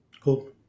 Cool